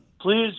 please